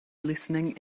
listening